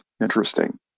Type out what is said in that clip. interesting